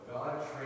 God